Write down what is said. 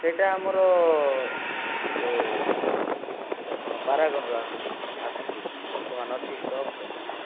ସେଇଟା ଆମର ଇଏ ଏଇଟା କ'ଣ ପାରାଗନ୍ର ଆସୁଛି ଆସିଛି ବର୍ତ୍ତମାନ ଅଛି ଷ୍ଟକ୍ରେ